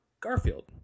Garfield